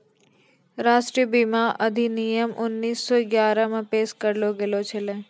राष्ट्रीय बीमा अधिनियम उन्नीस सौ ग्यारहे मे पेश करलो गेलो छलै